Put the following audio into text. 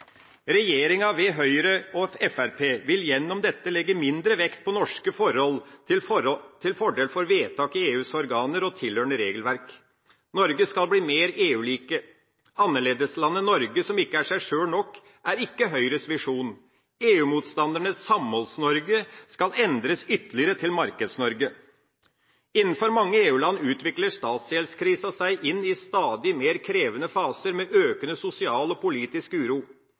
Regjeringa, ved Høyre og Fremskrittspartiet, vil gjennom dette legge mindre vekt på norske forhold, til fordel for vedtak i EUs organer og tilhørende regelverk. Norge skal bli mer EU-like. Annerledeslandet Norge som ikke er seg sjøl nok, er ikke Høyres visjon. EU-motstandernes Samholds-Norge skal endres ytterligere, til Markeds-Norge. I mange EU-land utvikler statsgjeldskrisa seg, og man går inn i stadig mer krevende faser med økende sosial og politisk uro.